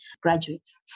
graduates